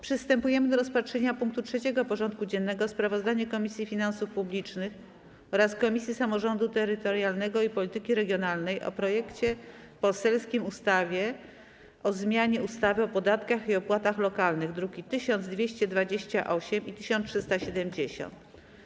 Przystępujemy do rozpatrzenia punktu 3. porządku dziennego: Sprawozdanie Komisji Finansów Publicznych oraz Komisji Samorządu Terytorialnego i Polityki Regionalnej o poselskim projekcie ustawy o zmianie ustawy o podatkach i opłatach lokalnych (druki nr 1228 i 1370)